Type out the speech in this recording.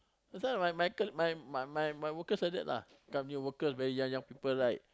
that time my my colleague my my my my workers like that lah come here workers very young young people like